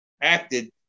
acted